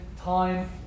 time